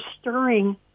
stirring